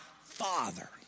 father